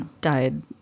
died